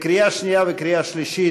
קריאה שנייה וקריאה שלישית.